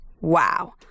Wow